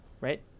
right